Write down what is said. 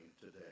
today